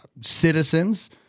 citizens